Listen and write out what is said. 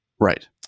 Right